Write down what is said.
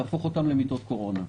להפוך אותן למיטות קורונה.